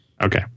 Okay